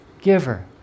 giver